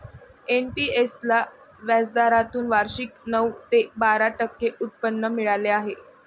NPS ला व्याजदरातून वार्षिक नऊ ते बारा टक्के उत्पन्न मिळाले आहे